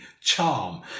charm